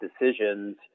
decisions